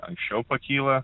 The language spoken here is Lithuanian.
anksčiau pakyla